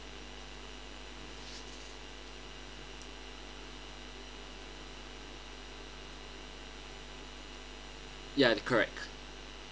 ya correct